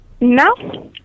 No